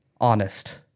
Honest